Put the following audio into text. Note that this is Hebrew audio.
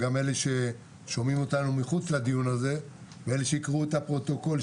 אלה ששומעים אותנו מחוץ לדיון הזה ואלה שיקראו את הפרוטוקול,